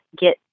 get